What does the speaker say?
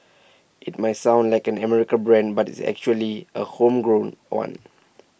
IT might sound like an American brand but it's actually A homegrown one